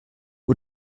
uhr